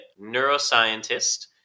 neuroscientist